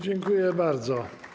Dziękuję bardzo.